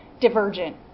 Divergent